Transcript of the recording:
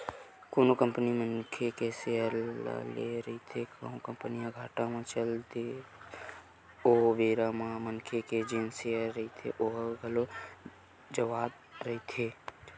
कोनो कंपनी म मनखे के सेयर ह लगे रहिथे कहूं कंपनी ह घाटा म चल दिस ओ बेरा म मनखे के जेन सेयर रहिथे ओहा घलोक जावत रहिथे